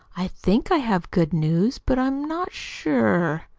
i think i have good news, but i'm not sure.